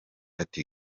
ati